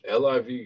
LIV